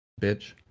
bitch